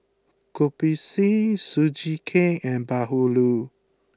Kopi C Sugee Cake and Bahulu